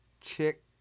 chick